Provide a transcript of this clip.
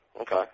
Okay